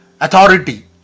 authority